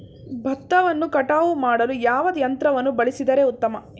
ಭತ್ತವನ್ನು ಕಟಾವು ಮಾಡಲು ಯಾವ ಯಂತ್ರವನ್ನು ಬಳಸಿದರೆ ಉತ್ತಮ?